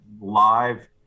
live